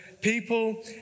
people